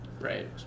right